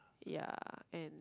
ya and